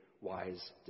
wise